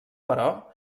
però